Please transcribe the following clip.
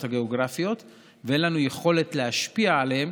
הגיאוגרפיות ואין לנו יכולת להשפיע עליהן,